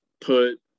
put